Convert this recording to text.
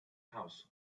house